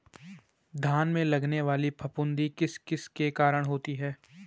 धान में लगने वाली फफूंदी किस किस के कारण होती है?